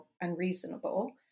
unreasonable